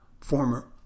former